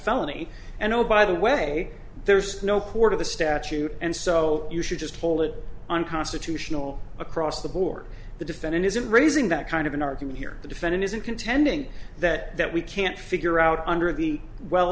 felony and oh by the way there's no court of the statute and so you should just hold it unconstitutional across the board the defendant isn't raising that kind of an argument here the defendant isn't contending that that we can't figure out under the well